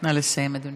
נא לסיים, אדוני.